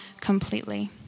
completely